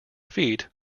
feet